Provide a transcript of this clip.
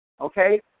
okay